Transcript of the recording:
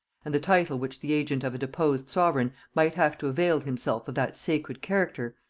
and the title which the agent of a deposed sovereign might have to avail himself of that sacred character,